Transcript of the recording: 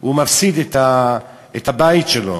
הוא מפסיד את הבית שלו.